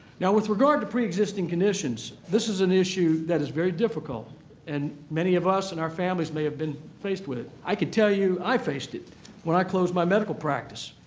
now, with regard to preexisting conditions, this is an issue that is very difficult and many of us and our families may have been faced with. i can tell you i faced it when i closed my medical practice,